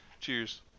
Cheers